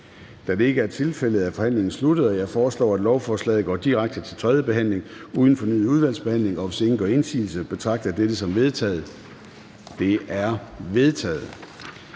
nr. 1 og 2, tiltrådt af udvalget? De er vedtaget. Jeg foreslår, at lovforslaget går direkte til tredje behandling uden fornyet udvalgsbehandling, og hvis ingen gør indsigelse, betragter jeg dette som vedtaget. Det er vedtaget.